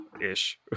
ish